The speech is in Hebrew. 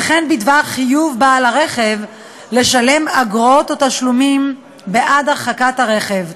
וכן בדבר חיוב בעל הרכב לשלם אגרות או תשלומים בעד הרחקת הרכב,